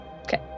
okay